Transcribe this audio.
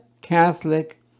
Catholic